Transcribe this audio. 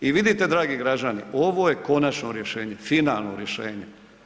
I vidite dragi građani ovo je konačno rješenje, finalno rješenje.